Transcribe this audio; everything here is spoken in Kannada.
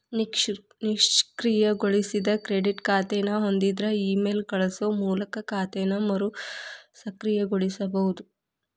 ನಿಷ್ಕ್ರಿಯಗೊಳಿಸಿದ ಕ್ರೆಡಿಟ್ ಖಾತೆನ ಹೊಂದಿದ್ರ ಇಮೇಲ್ ಕಳಸೋ ಮೂಲಕ ಖಾತೆನ ಮರುಸಕ್ರಿಯಗೊಳಿಸಬೋದ